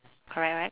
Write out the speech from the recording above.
correct right